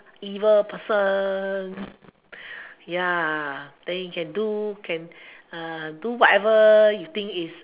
evil person ya then you can do can do whatever you think is